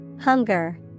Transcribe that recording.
Hunger